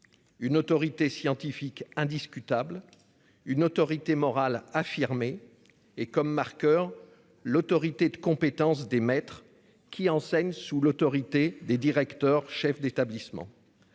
Une autorité scientifique, indiscutable une autorité morale affirmé et comme marqueur. L'autorité de compétence des maîtres qui enseignent sous l'autorité des directeurs, chefs d'établissement.